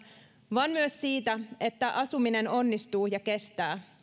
vaan myös siitä että asuminen onnistuu ja kestää